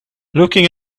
looking